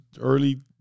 early